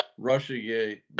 RussiaGate